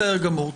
בסדר גמור.